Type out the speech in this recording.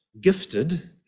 gifted